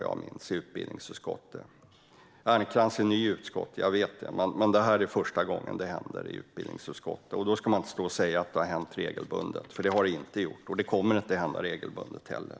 Jag vet att Ernkrans är ny i utskottet, men eftersom det var första gången det hände i utbildningsutskottet ska hon inte säga att det har hänt regelbundet. Det har det inte gjort, och det kommer det inte att göra heller.